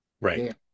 Right